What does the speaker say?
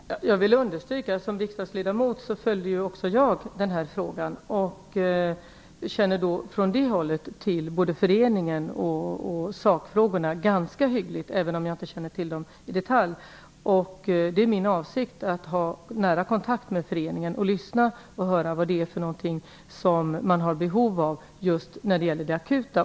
Fru talman! Jag vill understryka att också jag som riksdagsledamot följde denna fråga. Från det hållet känner jag till både föreningen och sakfrågorna ganska hyggligt, även om jag inte känner till dem i detalj. Det är min avsikt att ha nära kontakt med föreningen och lyssna på vad den har behov av just när det gäller det akuta.